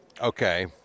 Okay